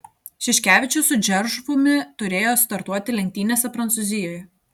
šiškevičius su džervumi turėjo startuoti lenktynėse prancūzijoje